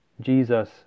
Jesus